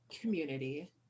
community